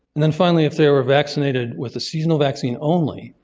and then finally if they were vaccinated with the seasonal vaccine only,